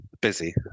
Busy